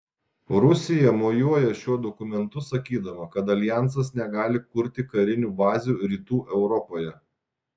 rusija mojuoja šiuo dokumentu sakydama kad aljansas negali kurti karinių bazių rytų europoje